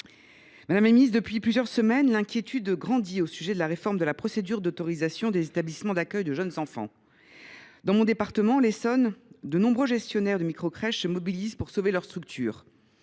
Madame la ministre, depuis plusieurs semaines, l’inquiétude grandit au sujet de la réforme de la procédure d’autorisation des établissements d’accueil de jeunes enfants. Dans le département dont je suis élue, l’Essonne, de nombreux gestionnaires de micro crèches se mobilisent pour sauver leurs structures.